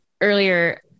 earlier